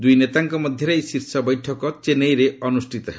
ଦୁଇନେତାଙ୍କ ମଧ୍ୟରେ ଏହି ଶୀର୍ଷ ବୈଠକ ଚେନ୍ନାଇରେ ଅନୁଷ୍ଠିତ ହେବ